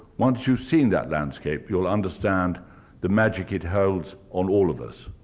once you've seen that landscape, you'll understand the magic it holds on all of us.